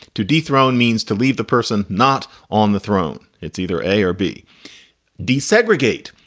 to dethrone means to leave the person not on the throne. it's either a or b desegregate.